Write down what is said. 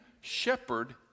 shepherd